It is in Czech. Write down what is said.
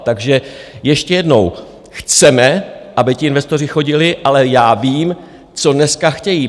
Takže ještě jednou: chceme, aby ti investoři chodili, ale já vím, co dneska chtějí.